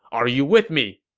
are you with me?